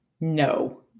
No